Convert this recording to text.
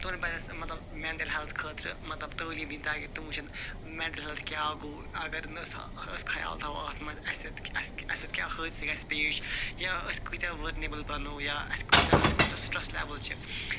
تِمن پَزِ اَسہِ مطلب مٮ۪نٹٕل ہٮ۪لٕتھ خٲطرٕ مطلب تٲلیٖم تاکہِ تِم وٕچھن مٮ۪نٹٕل ہٮ۪لٕتھ کیٛاہ گوٚو اگر نَہ سا أسۍ خیال تھاوو اتھ منٛز اَسہِ سۭتۍ اَسہِ اَسہِ سۭتۍ کیٛاہ حٲدثہٕ گَژھِ پیش یا أسۍ کۭتیٛاہ ؤرنیبٕل بَنو یا اَسہِ کۭتیٛاہ اَسہِ کۭتیٛاہ سِٹرس لٮ۪وٕل چھِ